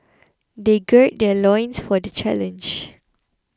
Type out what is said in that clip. they gird their loins for the challenge